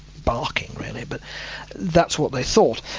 barking really, but that's what they thought.